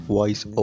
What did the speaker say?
Voice